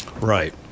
Right